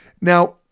Now